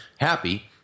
happy